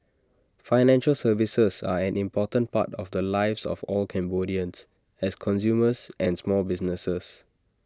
financial services are an important part of the lives of all Cambodians as consumers and small businesses